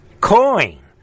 coin